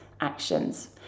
actions